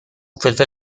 فلفل